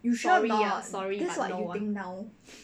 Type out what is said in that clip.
you sure not that's what you think now